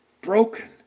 broken